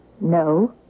No